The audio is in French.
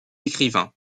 écrivain